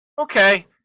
Okay